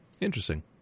Interesting